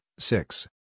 Six